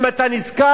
אם אתה נזקק,